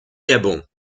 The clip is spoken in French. gabon